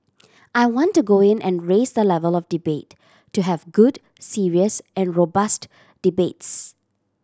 I want to go in and raise the level of debate to have good serious and robust debates